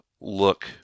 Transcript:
look